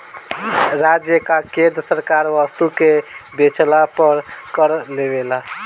राज्य आ केंद्र सरकार वस्तु के बेचला पर कर लेवेला